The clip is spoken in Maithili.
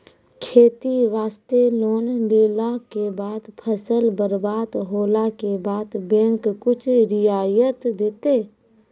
खेती वास्ते लोन लेला के बाद फसल बर्बाद होला के बाद बैंक कुछ रियायत देतै?